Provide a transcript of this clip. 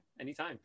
Anytime